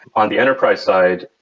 on the enterprise side,